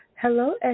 Hello